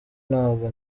ntabwo